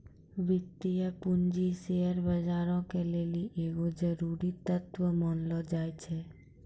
वित्तीय पूंजी शेयर बजारो के लेली एगो जरुरी तत्व मानलो जाय छै